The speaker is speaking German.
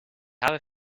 habe